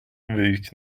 wyjść